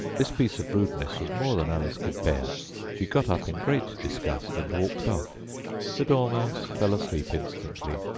this piece of rudeness was more than alice could bear she got up in great disgust, and walked off the dormouse fell asleep instantly,